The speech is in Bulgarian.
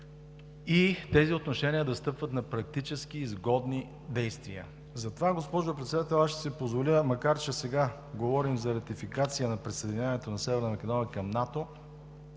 и тези отношения да стъпват на икономически изгодни действия.